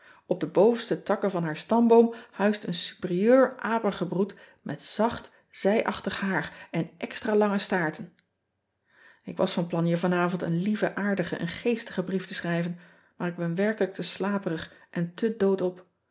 p de bovenste takken van haar stamboom huist een superieur apengebroed met zacht zijachtig haar en extra lange staarten k was van plan je vanavond een lieven aardigen en geestigen brief te schrijven maar ik ben werkelijk te slaperig en te dood op